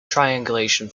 triangulation